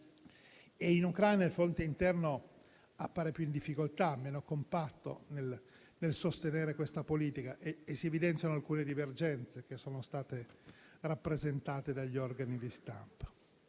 In Ucraina il fronte interno appare più in difficoltà, meno compatto nel sostenere questa politica e si evidenziano alcune divergenze che sono state rappresentate dagli organi di stampa.